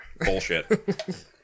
Bullshit